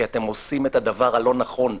כי אתם עושים את הדבר הלא נכון.